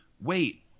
wait